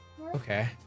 Okay